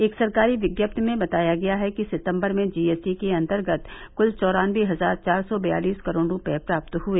एक सरकारी विज्ञप्ति में बताया गया है कि सितंबर में जीएसटी के अंतर्गत क्ल चौराबने हजार चार सौ बयालिस करोड़ रुपये प्राप्त हुए